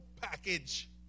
package